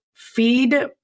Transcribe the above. feed